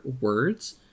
words